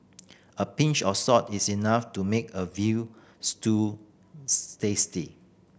a pinch of salt is enough to make a veal stew tasty